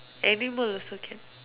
animal also can